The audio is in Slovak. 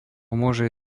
môže